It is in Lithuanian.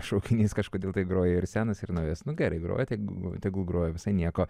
šaukinys kažkodėl tai groja ir senas ir naujas nu gerai groja tegu tegu groja visai nieko